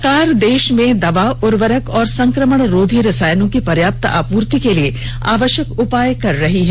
सरकार देश में दवा उर्वरक और संक्रमणरोधी रसायनों की पर्याप्त आपूर्ति के लिए आवश्यक उपाय कर रही है